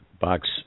Box